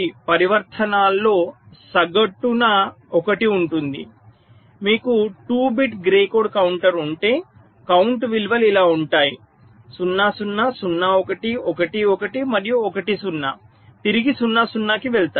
5 పరివర్తనాల్లో సగటున ఒకటి ఉంటుంది మీకు 2 బిట్ గ్రే కోడ్ కౌంటర్ ఉంటే కౌంట్ విలువలు ఇలా ఉంటాయి 0 0 0 1 1 1 మరియు 1 0 తిరిగి 0 0 కి వెళ్తాయి